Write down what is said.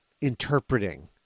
interpreting